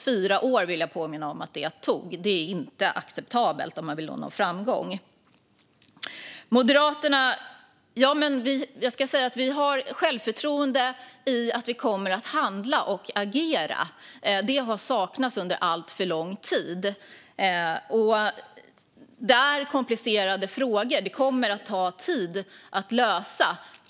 Fyra år vill jag påminna om att det tog. Det är inte acceptabelt om man vill nå framgång. Vi moderater har självförtroende i att vi kommer att handla och agera, något som har saknats under alltför lång tid. Det här är komplicerade frågor som kommer att ta tid att lösa.